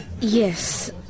Yes